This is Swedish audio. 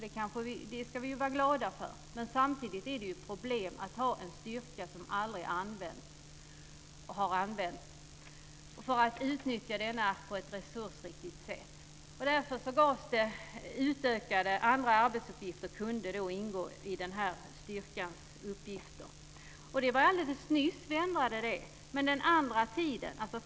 Det ska vi vara glada för, men samtidigt är det ju ett problem att ha en styrka som aldrig utnyttjas på ett resursriktigt sätt. Därför kunde andra arbetsuppgifter ingå i den internationella insatsstyrkans uppgifter. Det var alldeles nyligen som vi införde denna ändring.